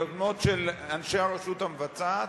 ביוזמות של אנשי הרשות המבצעת,